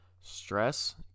stress